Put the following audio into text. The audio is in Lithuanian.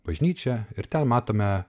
bažnyčią ir ten matome